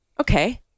Okay